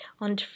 on